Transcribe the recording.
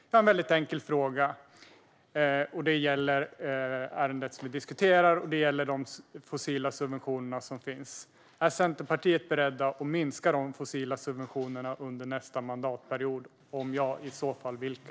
Jag har en väldigt enkel fråga som gäller ärendet som vi diskuterar. Det gäller de fossila subventioner som finns. Är Centerpartiet berett att minska de fossila subventionerna under nästa mandatperiod, och om ja, i så fall vilka?